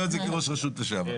אומר את זה כראש רשות לשעבר.